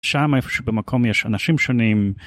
שם איפה שבמקום יש אנשים שונים.